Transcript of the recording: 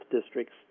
districts